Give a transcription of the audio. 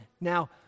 Now